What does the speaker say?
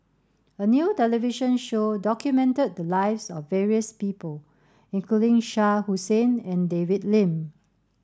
a new television show documented the lives of various people including Shah Hussain and David Lim